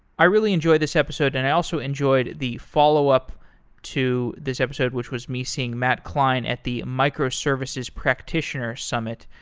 i really enjoyed this episode and i also enjoyed the follow up to this episode, which was me seeing matt klein at the microservices practitioner summit.